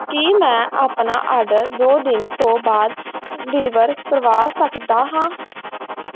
ਕੀ ਮੈਂ ਆਪਣਾ ਆਰਡਰ ਦੋ ਦਿਨ ਤੋਂ ਬਾਅਦ ਡਿਲੀਵਰ ਕਰਵਾ ਸਕਦਾ ਹਾਂ